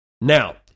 Now